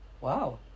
Wow